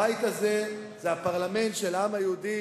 הבית הזה הוא הפרלמנט של העם היהודי,